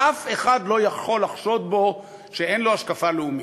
שאף אחד לא יכול לחשוד בו שאין לו השקפה לאומית.